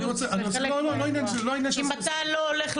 אם אתה לא הולך,